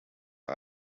are